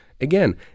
Again